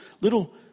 little